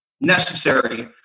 necessary